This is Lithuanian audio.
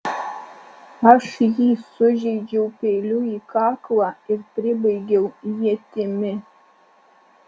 aš jį sužeidžiau peiliu į kaklą ir pribaigiau ietimi